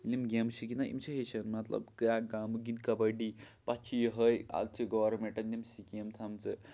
یِم گیمہٕ چھِ گِندان یِم چھِ ہٮ۪چھتھ مطلب یا گامُکۍ گِندۍ کَباڑی پَتہٕ چھُ یِہوے اتھ چھِ گورمینٹن یِم سِکیٖمہٕ تھاومَژٕ